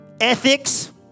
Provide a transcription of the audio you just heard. ethics